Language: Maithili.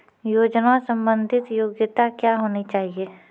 योजना संबंधित योग्यता क्या होनी चाहिए?